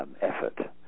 effort